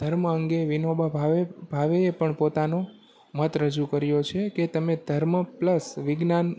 ધર્મ અંગે વિનોબા ભાવે ભાવેએ પણ પોતાનો મત રજૂ કર્યો છે કે તમે ધર્મ પ્લસ વિજ્ઞાન